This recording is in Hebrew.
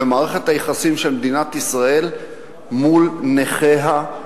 ומערכת היחסים של מדינת ישראל מול נכיה.